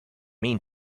mean